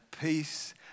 peace